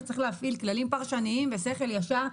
אתה צריך להפעיל כללים פרשניים ושכל ישר.